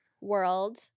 world